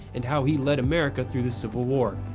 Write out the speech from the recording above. and how he led america through the civil war.